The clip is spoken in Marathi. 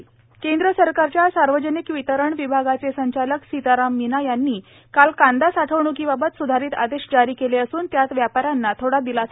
कांदा केंद्र सरकारच्या सार्वजनिक वितरण विभागाचे संचालक सीताराम मीना यांनी काल कांदा साठवण्कीबाबत सुधारित आदेश जारी केले असून त्यात व्यापाऱ्यांना थोडा दिलासा दिला आहे